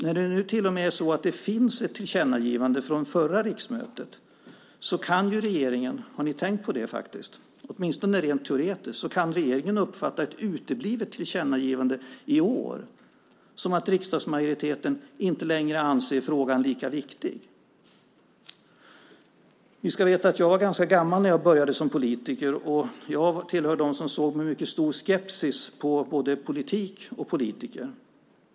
När det nu till och med finns ett tillkännagivande från det förra riksmötet så kan ju regeringen, åtminstone rent teoretiskt, uppfatta ett uteblivet tillkännagivande i år som att riksdagsmajoriteten inte längre anser att frågan är lika viktig. Jag var ganska gammal när jag blev politiker, och jag såg med mycket stor skepsis på både politik och politiker.